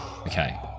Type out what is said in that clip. Okay